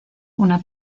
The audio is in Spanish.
una